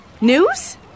News